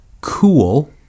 cool